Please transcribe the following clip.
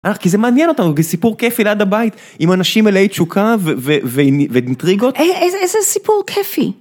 כי זה מעניין אותנו, סיפור כיפי ליד הבית, עם אנשים מלאי תשוקה ואינטריגות. איזה סיפור כיפי.